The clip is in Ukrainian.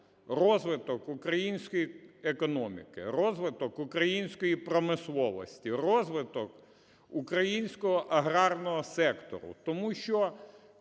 розвиток української економіки, розвиток української промисловості, розвиток українського аграрного сектору. Тому що,